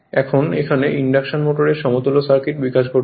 এখন এখানে ইন্ডাকশন মোটরের সমতুল্য সার্কিটের বিকাশ ঘটবে